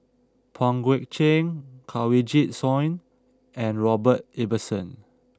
Pang Guek Cheng Kanwaljit Soin and Robert Ibbetson